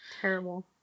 terrible